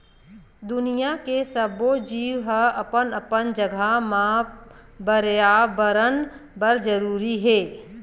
दुनिया के सब्बो जीव ह अपन अपन जघा म परयाबरन बर जरूरी हे